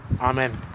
Amen